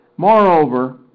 Moreover